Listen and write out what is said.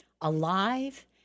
alive